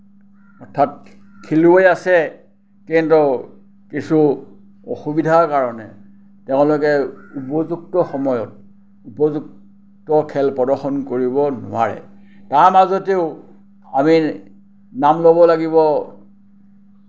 অৰ্থাৎ খেলুৱৈ আছে কিন্তু কিছু অসুবিধাৰ কাৰণে তেওঁলোকে উপযুক্ত সময়ত উপযুক্ত খেল প্ৰদৰ্শন কৰিব নোৱাৰে তাৰ মাজতেও আমি নাম ল'ব লাগিব